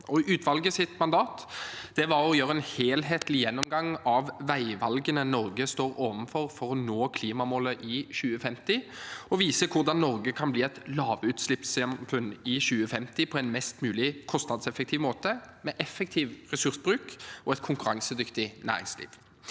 Utvalgets mandat var å gjøre en helhetlig gjennomgang av veivalgene Norge står overfor for å nå klimamålet i 2050, og vise hvordan Norge kan bli et lavutslippssamfunn i 2050 på en mest mulig kostnadseffektiv måte, med effektiv ressursbruk og med et konkurransedyktig næringsliv.